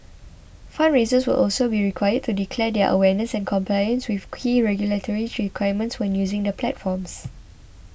fundraisers will also be required to declare their awareness and compliance with key regulatory requirements when using the platforms